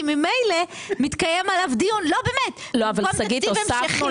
כי ממילא מתקיים עליו דיון במקום תקציב המשכי